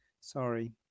sorry